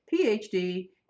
PhD